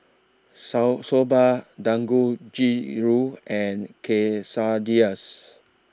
Soba Dangojiru and Quesadillas